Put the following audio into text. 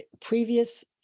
previous